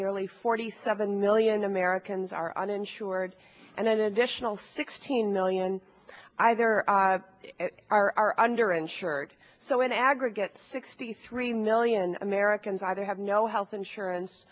nearly forty seven million americans are uninsured and an additional sixteen million either are under insured so in aggregate sixty three million americans either have no health insurance